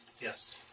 Yes